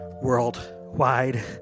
worldwide